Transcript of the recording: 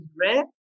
red